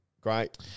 great